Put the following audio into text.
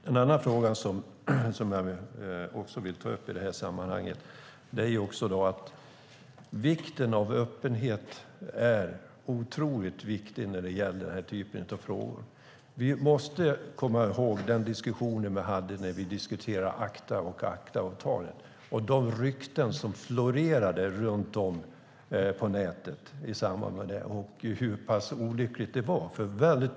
En annan fråga som jag vill ta upp i det här sammanhanget gäller vikten av öppenhet. Öppenheten är otroligt viktigt i den här typen av frågor. Vi måste komma ihåg de rykten som florerade på nätet när vi diskuterade ACTA-avtalet. Vi minns hur olyckligt det var.